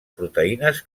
proteïnes